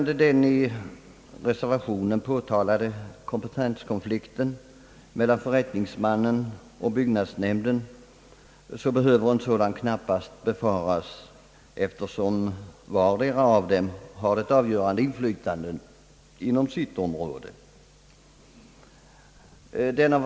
Den av reservanterna påtalade kompetenskonflikten mellan förrättningsmannen och byggnadsnämnden behöver knappast befaras, eftersom de vardera har ett avgörande inflytande inom sitt område.